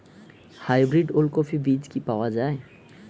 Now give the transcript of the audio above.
Hybrid ওলকফি বীজ কি পাওয়া য়ায়?